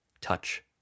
touch